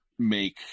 make